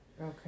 Okay